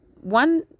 one